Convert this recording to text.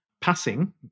passing